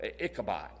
Ichabod